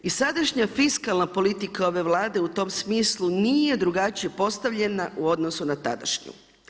I sadašnja fiskalna politika ove Vlade u tom smislu nije drugačije postavljena u odnosu na tadašnju.